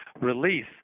release